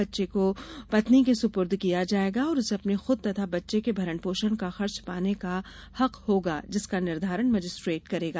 बच्चे को पत्नी के सुपुर्द किया जाएगा और उसे अपने खुद तथा बच्चे के भरण पोषण का खर्च पाने का हक होगा जिसका निर्धारण मजिस्ट्रेट करेगा